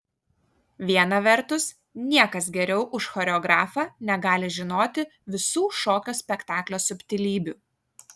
viena vertus niekas geriau už choreografą negali žinoti visų šokio spektaklio subtilybių